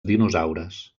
dinosaures